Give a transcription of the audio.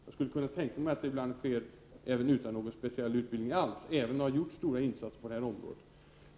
Jag skulle kunna tänka mig att det ibland kan saknas speciell utbildning, även om det har gjorts stora insatser på det här området.